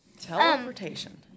teleportation